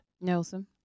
Nelson